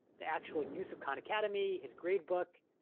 the actual use of khan academy, his grade book,